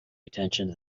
attention